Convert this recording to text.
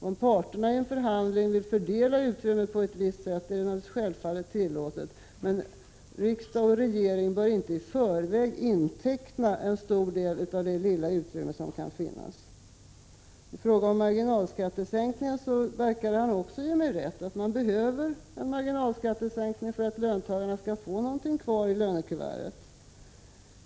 Om parterna i en förhandling vill fördela utrymmet på ett visst sätt, är det självfallet tillåtet, men riksdag och regering bör inte i förväg inteckna en stor del av det lilla utrymme som kan finnas. I fråga om marginalskattesänkningarna verkade han också ge mig rätt. Det behövs en marginalskattesänkning för att löntagarna skall få någonting kvar i lönekuvertet.